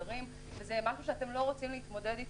זה משהו שאתם לא רוצים להתמודד אתו.